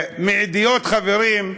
מעדויות, חברים,